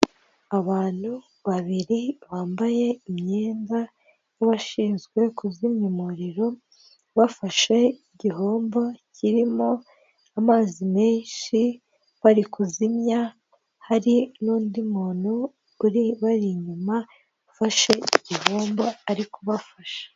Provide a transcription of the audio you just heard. Abantu babiri bambaye imyenda y'abashinzwe kuzimya umuriro, bafashe igihombo kirimo amazi menshi bari kuzimya, hari n'undi muntu ubari inyuma ufashe igihomba ari kubafasha.